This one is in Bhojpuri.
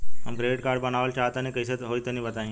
हम क्रेडिट कार्ड बनवावल चाह तनि कइसे होई तनि बताई?